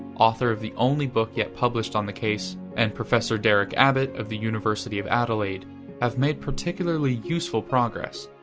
author of the only book yet published on the case, and professor derek abbott of the university of adelaide have made particularly useful progress.